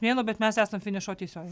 mėnuo bet mes esam finišo tiesiojoj